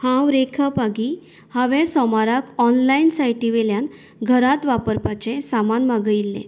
हांव रेखा पागी हांवें सोमाराक ऑनलायन सायटी वेल्यान घरात वापरपाचें सामान मागयल्लें